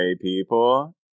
people